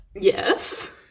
Yes